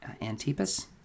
Antipas